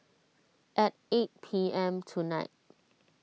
at eight P M tonight